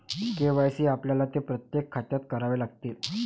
KYC आपल्याला ते प्रत्येक खात्यात करावे लागते